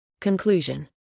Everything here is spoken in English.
Conclusion